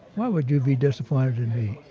why would you be disappointed in me?